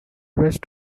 rest